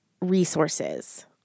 resources